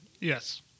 Yes